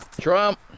Trump